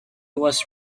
was